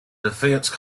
defense